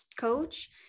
coach